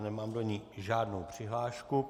Nemám do ní žádnou přihlášku.